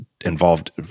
involved